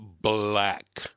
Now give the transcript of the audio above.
black